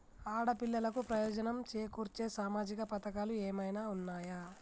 ఆడపిల్లలకు ప్రయోజనం చేకూర్చే సామాజిక పథకాలు ఏమైనా ఉన్నయా?